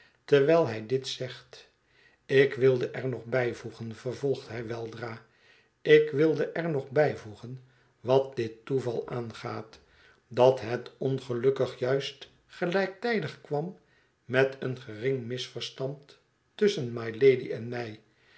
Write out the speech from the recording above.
terwijl hij dit zegt ik wilde er nog bijvoegen vervolgt hij weldra ik wilde er nog bijvoegen wat dit toeval aangaat dat het ongelukkig juist gelijktijdig kwam met een gering misverstand tusschen mylady en mij